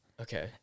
Okay